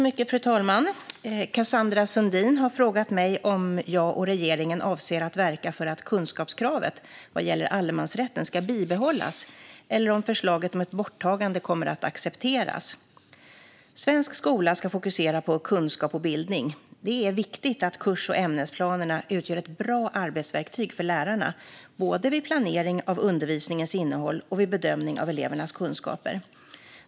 Fru talman! Cassandra Sundin har frågat mig om jag och regeringen avser att verka för att kunskapskravet vad gäller allemansrätten ska bibehållas eller om förslaget om ett borttagande kommer att accepteras. Svensk skola ska fokusera på kunskap och bildning. Det är viktigt att kurs och ämnesplanerna utgör ett bra arbetsverktyg för lärarna både vid planering av undervisningens innehåll och vid bedömning av elevernas kunskaper.